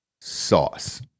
sauce